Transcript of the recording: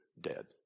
dead